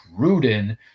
Gruden